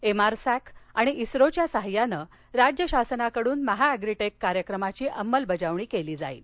MR SAC आणि इस्त्रोच्या सहाय्याने राज्य शासनाकडून महाअॅप्रीटेक कार्यक्रमाची अंमलबजावणी केली जाईल